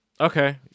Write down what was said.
okay